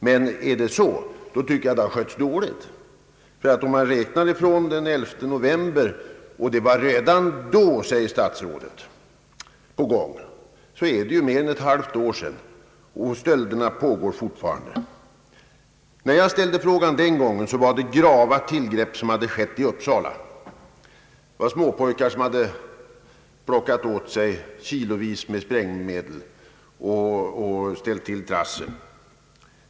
Men är det så anser jag att den här frågan har skötts dåligt. Ty räknat från den 11 november — då enligt statsrådet en omprövning redan inletts — har mer än ett halvt år gått, och stölderna pågår fortfarande. När jag ställde frågan den gången hade grava tillgrepp skett i Uppsala. Några småpojkar hade tagit kilovis med sprängmedel och ställt till trassel.